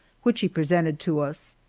which he presented to us.